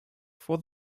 for